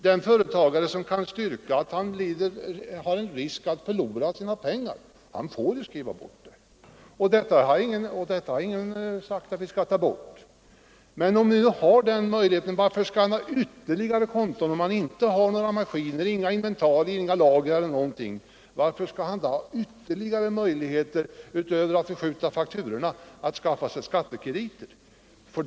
Den företagare som kan styrka att han löper risk att förlora sina pengar får skriva av, och ingen har sagt att vi skall ta bort den regeln. Men om nu den möjligheten finns och om företagaren inte har maskiner, lager, inventarier e. d., varför skall han då ha ytterligare möjligheter, utöver att förskjuta fakturorna, att skaffa sig skattekrediter?